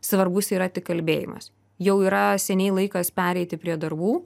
svarbus yra tik kalbėjimas jau yra seniai laikas pereiti prie darbų